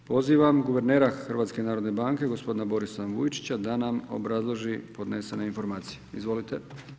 Pozivam guvernera HNB, gospodina Borisa Vujčića da nam obrazloži podnesene informacije, izvolite.